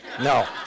No